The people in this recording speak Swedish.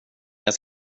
jag